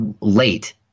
late